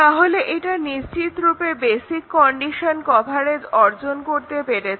তাহলে এটা নিশ্চিতরূপে বেসিক কন্ডিশন কভারেজ অর্জন করতে পেরেছে